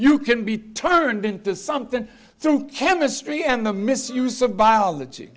you can be turned into something through chemistry and a misuse of biology